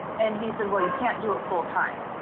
and he said, well, you can't do it full time.